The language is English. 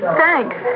thanks